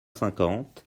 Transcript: cinquante